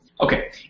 Okay